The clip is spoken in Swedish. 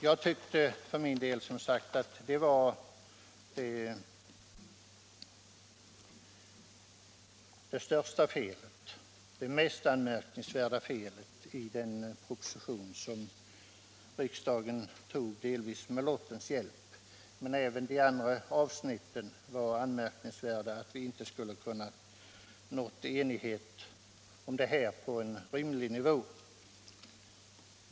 Jag tyckte för min del att detta var det största och mest anmärkningsvärda felet i den proposition som riksdagen antog, delvis med lottens hjälp. Beträffande de andra avsnitten var det anmärkningsvärt att vi inte kunde nå enighet om en rimlig nivå.